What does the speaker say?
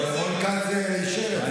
ואני רק מזכיר את זה